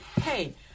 Hey